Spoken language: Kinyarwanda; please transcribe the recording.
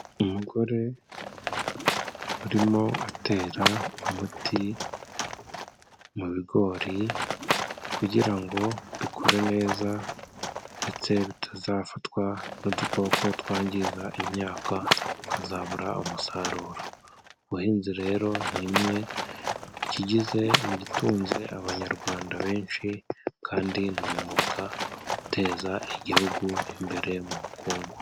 Umugore urimo atera umuti mu bigori kugira ngo bikure neza ndetse bitazafatwa n'udukoko twangiza imyaka, akazabura umusaruro. Ubuhinzi rero ni imwe mu kigize, mu gitunze Abanyarwanda benshi kandi ni umwuga uteza Igihugu imbere mu bukungu.